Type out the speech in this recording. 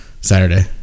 Saturday